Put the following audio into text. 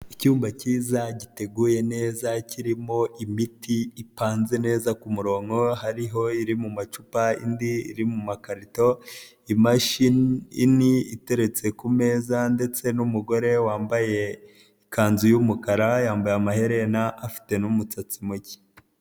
Icyumba kiza giteguye neza kirimo imiti ipanze neza ku murongo hariho iri mu macupa indi iri mu makarito, imashini iteretse ku meza ndetse n'umugore wambaye ikanzu y'umukara, yambaye amaherena afite n'umusatsi muke.